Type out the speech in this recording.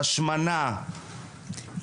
השמנה,